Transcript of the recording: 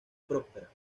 próspera